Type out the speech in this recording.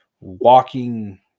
Walking